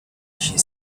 she